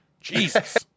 Jesus